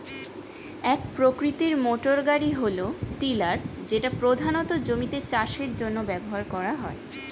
এক প্রকৃতির মোটরগাড়ি হল টিলার যেটা প্রধানত জমিতে চাষের জন্য ব্যবহার করা হয়